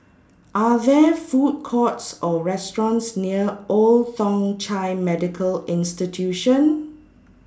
Are There Food Courts Or restaurants near Old Thong Chai Medical Institution